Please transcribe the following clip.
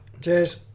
Cheers